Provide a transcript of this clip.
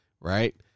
right